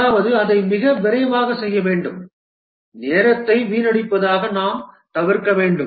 அதாவது அதை மிக விரைவாகச் செய்ய வேண்டும் நேரத்தை வீணடிப்பதை நாம் தவிர்க்க வேண்டும்